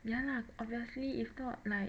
ya lah obviously if not like